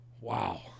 wow